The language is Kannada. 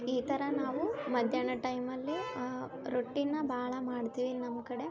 ಈ ಥರ ನಾವು ಮಧ್ಯಾಹ್ನ ಟೈಮಲ್ಲಿ ರೊಟ್ಟಿನ ಭಾಳ ಮಾಡ್ತೀವಿ ನಮ್ಮ ಕಡೆ